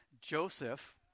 joseph